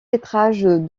métrage